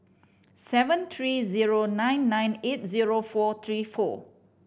seven three zero nine nine eight zero four three four